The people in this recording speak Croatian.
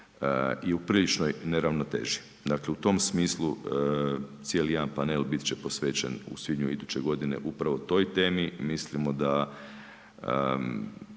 je u priličnoj neravnoteži. Dakle u tom smislu cijeli jedan panel biti će posvećen u svibnju iduće godine upravo toj temi. Mislimo da